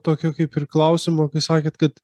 tokio kaip ir klausimo kai sakėt kad